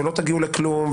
לא תגיעו לכלום,